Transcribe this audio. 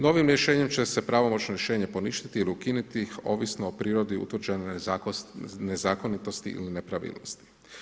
Novim rješenjem će se pravomoćno rješenje poništiti ili ukinuti ovisno o prirodi utvrđenoj nezakonitosti ili nepravilnosti.